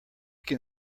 can